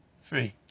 Free